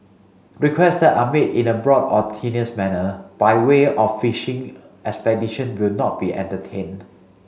requests that are made in a broad or tenuous manner by way of a fishing expedition will not be entertained